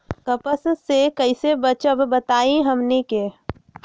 कपस से कईसे बचब बताई हमनी के?